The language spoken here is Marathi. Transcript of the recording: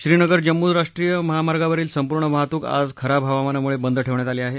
श्रीनगर जम्मू राष्ट्रीय महामार्गावरील संपूर्ण वाहतूक आज खराब हवामानामुळे बंद ठेवण्यात आली आहे